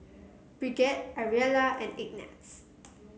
Brigette Ariella and Ignatz